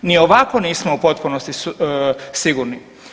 Ni ovako nismo u potpunosti sigurni.